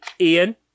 Ian